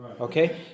Okay